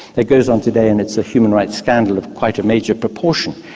that goes on today and it's a human rights scandal of quite a major proportion,